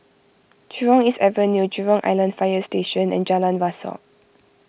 Jurong East Avenue Jurong Island Fire Station and Jalan Rasok